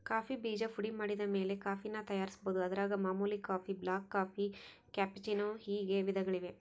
coffee ಬೀಜ ಪುಡಿಮಾಡಿದಮೇಲೆ ಕಾಫಿನ ತಯಾರಿಸ್ಬೋದು, ಅದರಾಗ ಮಾಮೂಲಿ ಕಾಫಿ, ಬ್ಲಾಕ್ಕಾಫಿ, ಕ್ಯಾಪೆಚ್ಚಿನೋ ಹೀಗೆ ವಿಧಗಳಿವೆ